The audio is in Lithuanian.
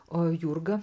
o jurga